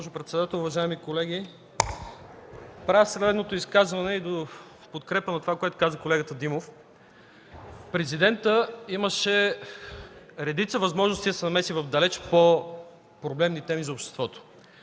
Госпожо председател, уважаеми колеги! Правя следното изказване в подкрепа на това, което каза колегата Димов. Президентът имаше редица възможности да се намеси в далеч по-проблемни теми за обществото.